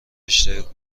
اشتراک